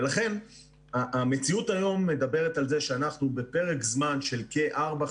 ולכן המציאות היום מדברת על זה שאנחנו בפרק זמן של כארבע,